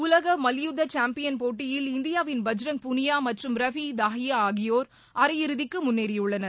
உலக மல்யுத்த சாம்பியன் போட்டியில் இந்தியாவின் பஜ்ரங் புனியா மற்றும் ரவி தாஹியா அரை இறுதிக்கு முன்னேறியுள்ளனர்